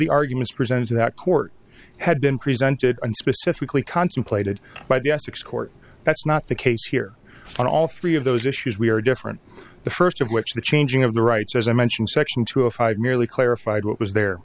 the arguments presented to that court had been presented and specifically contemplated by the essex court that's not the case here on all three of those issues we are different the first of which the changing of the rights as i mentioned section two of hyde merely clarified what was there